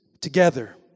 together